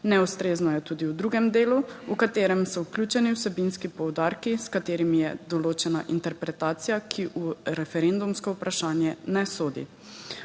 Neustrezno je tudi v drugem delu, v katerem so vključeni vsebinski poudarki, s katerimi je določena interpretacija, ki v referendumsko vprašanje ne sodi.